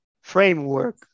framework